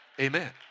Amen